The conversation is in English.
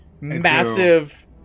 massive